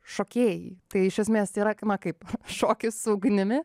šokėjai tai iš esmės tai yra na kaip šokis su ugnimi